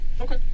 Okay